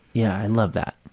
yeah, i and love that.